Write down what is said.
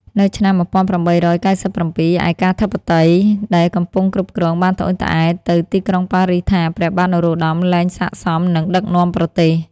នៅឆ្នាំ ១៨៩៧ ឯកាធិបតីដែលកំពុងគ្រប់គ្រងបានត្អូញត្អែរទៅទីក្រុងប៉ារីសថា ព្រះបាទនរោត្តមលែងសាកសមនឹងដឹកនាំប្រទេស។